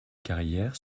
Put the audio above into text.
carrière